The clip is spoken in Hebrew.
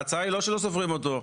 ההצעה היא לא שלא סופרים אותו.